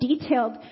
detailed